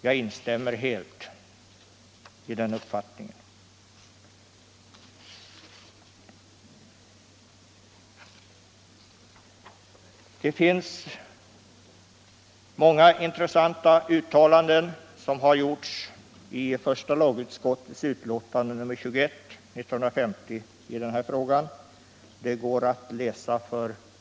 Jag instämmer helt i den uppfattningen. Många intressanta uttalanden har gjorts i första lagutskottets utlåtande nr 21 år 1950 i den här frågan.